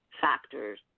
factors